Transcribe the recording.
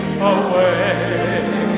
Away